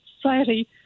society